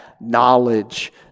knowledge